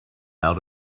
out